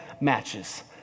matches